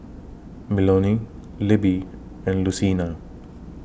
Melonie Libby and Lucina